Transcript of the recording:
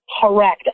Correct